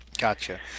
Gotcha